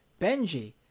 Benji